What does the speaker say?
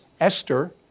Esther